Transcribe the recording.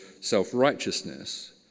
self-righteousness